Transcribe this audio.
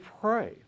pray